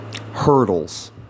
Hurdles